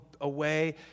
away